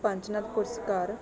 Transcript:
ਪੰਜਨਵ ਪੁਰਸਕਾਰ